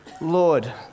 Lord